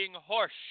horse